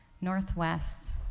northwest